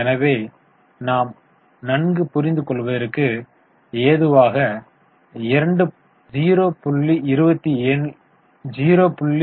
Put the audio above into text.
எனவே நாம் நன்கு புரிந்து கொள்வதற்கு ஏதுவாக 0